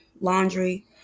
laundry